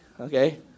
Okay